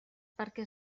perquè